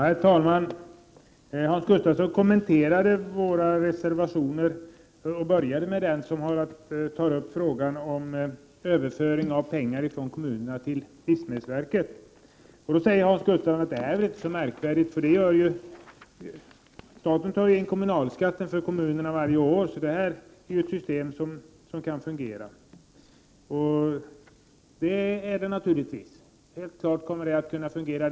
Herr talman! Hans Gustafsson kommenterade våra reservationer och började med den där frågan om överföring av pengar från kommunerna till livsmedelsverket behandlas. Han sade att detta förfarande ju inte är så märkvärdigt, eftersom staten varje år tar in kommunalskatten för kommunerna. Därför är det, menar han, ett system som kan fungera. Det är helt klart att också det systemet skulle kunna fungera.